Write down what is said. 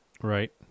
Right